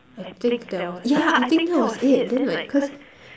I think there was yeah I think that was it then like cause